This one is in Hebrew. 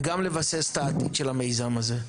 וגם לבסס את העתיד של המיזם הזה.